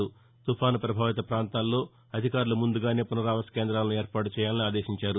గజ తుపాను ప్రభావిత ప్రాంతంలో అధికారులు ముందుగానే పునరావాస కేంద్రాలను ఏర్పాటు చేయాలని ఆదేశించారు